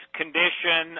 condition